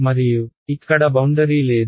మరియు ఇక్కడ బౌండరీ లేదు